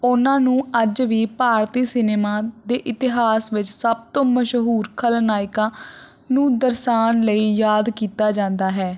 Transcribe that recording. ਉਨ੍ਹਾਂ ਨੂੰ ਅੱਜ ਵੀ ਭਾਰਤੀ ਸਿਨੇਮਾ ਦੇ ਇਤਿਹਾਸ ਵਿੱਚ ਸਭ ਤੋਂ ਮਸ਼ਹੂਰ ਖਲਨਾਇਕਾਂ ਨੂੰ ਦਰਸਾਉਣ ਲਈ ਯਾਦ ਕੀਤਾ ਜਾਂਦਾ ਹੈ